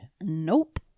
Nope